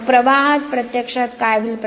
मग प्रवाहाच प्रत्यक्षात काय होईल